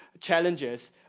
challenges